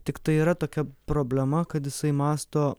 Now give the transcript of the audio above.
tiktai yra tokia problema kad jisai mąsto